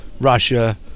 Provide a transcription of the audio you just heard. Russia